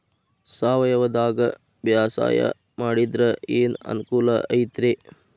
ಸಾವಯವದಾಗಾ ಬ್ಯಾಸಾಯಾ ಮಾಡಿದ್ರ ಏನ್ ಅನುಕೂಲ ಐತ್ರೇ?